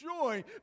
joy